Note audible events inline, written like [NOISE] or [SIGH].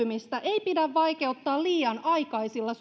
elpymistä ei pidä vaikeuttaa liian aikaisilla [UNINTELLIGIBLE]